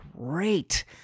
great